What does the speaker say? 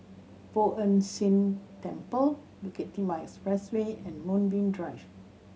Poh Ern Shih Temple Bukit Timah Expressway and Moonbeam Drive